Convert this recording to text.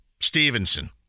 Stevenson